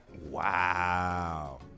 wow